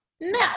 No